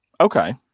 Okay